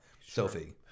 Sophie